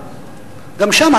וגם שם,